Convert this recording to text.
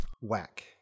Whack